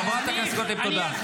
חברת הכנסת גוטליב, תודה.